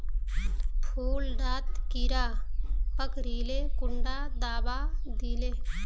फुल डात कीड़ा पकरिले कुंडा दाबा दीले?